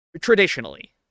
Traditionally